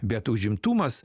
bet užimtumas